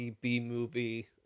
b-movie